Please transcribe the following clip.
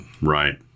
Right